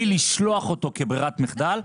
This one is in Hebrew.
מלשלוח אותו כברירת מחדל,